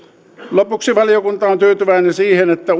lopuksi valiokunta on tyytyväinen siihen että